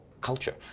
culture